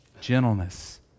gentleness